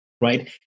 right